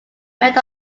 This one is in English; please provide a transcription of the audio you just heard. met